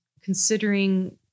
considering